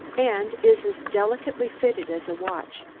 and is as delicately fitted as a watch,